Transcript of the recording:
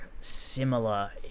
similar